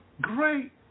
great